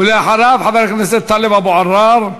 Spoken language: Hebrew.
ואחריו, חבר הכנסת טלב אבו עראר.